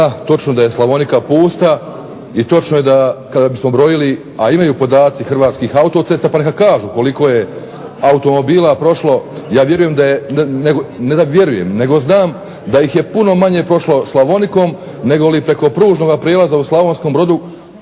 da točno da je Slavonija pusta i točno je da kada bismo brojili a imaju podaci Hrvatski autocesta pa neka kažu koliko je automobila prošlo, ja vjerujem, ne da vjerujem nego znam da ih je puno manje prošlo Slavonikom nego preko pružnog prijelaza u Slavonskom Brodu